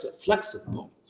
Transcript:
flexible